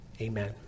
Amen